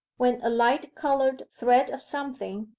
when a light coloured thread of something,